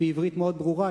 בעברית מאוד ברורה,